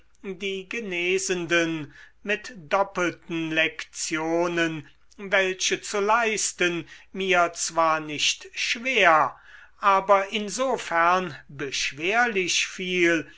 die genesenden mit doppelten lektionen welche zu leisten mir zwar nicht schwer aber insofern beschwerlich fiel